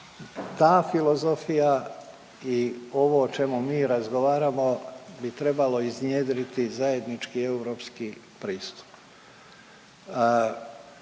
ta filozofija i ovo o čemu mi razgovaramo bi trebalo iznjedriti zajednički europski pristup.